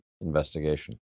investigation